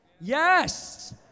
Yes